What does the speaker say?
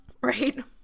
right